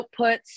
outputs